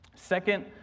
Second